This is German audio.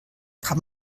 kann